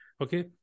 Okay